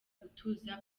gutuza